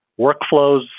workflows